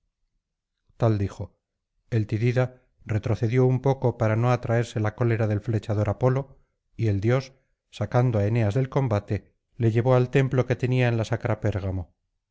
tal dijo el tidida retrocedió un poco para no atraerse la cólera del flechador apolo y el dios sacando á p'neas del combate le llevó al templo que tenía en la sacra pérgamo